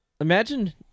Imagine